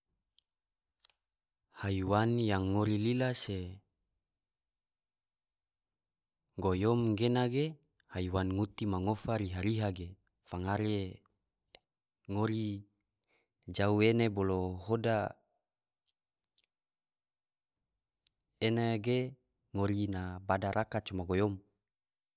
Haiwan yang ngori lila se goyom gena ge haiwan nguti ma ngofa riha-riha ge, fangare ngori jau ene bolo hoda ene ge ngori na bada raka coma goyom.